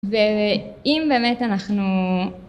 ואם באמת אנחנו